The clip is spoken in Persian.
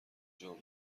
جامعه